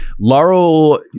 Laurel